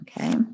Okay